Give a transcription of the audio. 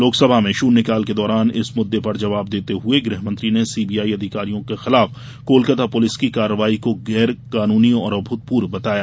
लोकसभा में शून्यकाल के दौरान इस मुद्दे पर जवाब देते हुए गृहमंत्री ने सीबीआई अधिकारियों के खिलाफ कोलकाता पुलिस की कार्रवाई को गैरकानूनी और अभूतपूर्व बताया